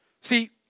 See